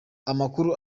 amakuru